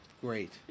Great